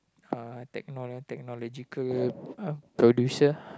uh techno~ technological uh producer